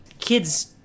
kids